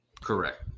Correct